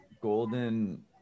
golden